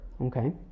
Okay